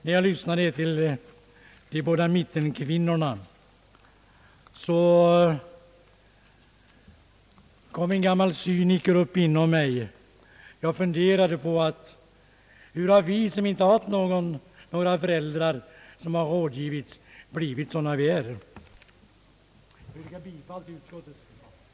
När jag här lyssnade till de båda mittenkvinnorna funderade jag över hur vi, vilkas föräldrar inte fått någon rådgivning alls, har kunnat bli sådana som vi är. Jag yrkar bifall till utskottets hemställan. sa skolor — allt enligt socialstyrelsens förslag — och därför till Ungdoms slagits, att riksdagen skulle hos Kungl. Maj:t anhålla, att möjligheterna för flera elever vid ungdomsvårdsskolorna att i vårdsyfte ägna sig åt djurskötsel måtte bliva föremål för överväganden.